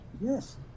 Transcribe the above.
Yes